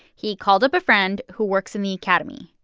he called up a friend who works in the academy.